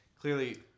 clearly